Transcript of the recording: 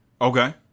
Okay